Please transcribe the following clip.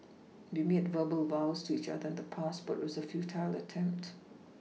we made verbal vows to each other the past but it was a futile attempt